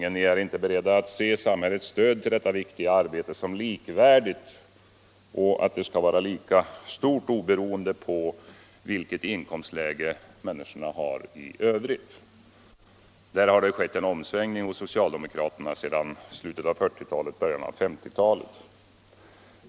Socialdemokraterna är inte beredda att se samhällets stöd till detta viktiga arbete som likvärdigt och göra det lika stort oberoende på vilket inkomstläge människorna har. Där har det skett en omsvängning hos socialdemokraterna sedan slutet av 1940-talet och början av 1950-talet.